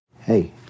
Hey